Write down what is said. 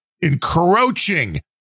encroaching